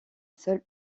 seul